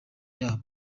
yabo